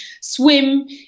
swim